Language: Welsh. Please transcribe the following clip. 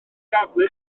daflu